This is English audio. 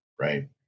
right